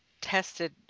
tested